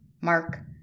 Mark